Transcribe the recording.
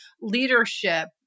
leadership